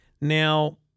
Now